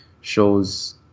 shows